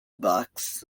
books